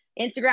Instagram